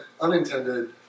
unintended